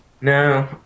No